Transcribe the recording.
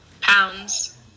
pounds